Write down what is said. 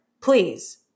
please